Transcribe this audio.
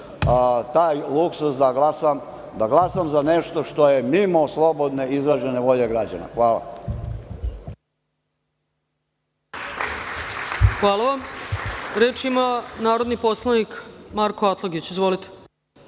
taj luksuz da glasam za nešto što je mimo slobodno izražene volje građana. Hvala.